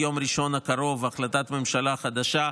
יום ראשון הקרוב החלטת ממשלה חדשה,